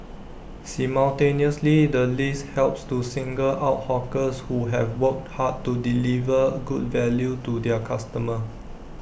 simultaneously the list helps to single out hawkers who have worked hard to deliver good value to their customers